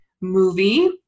movie